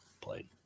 played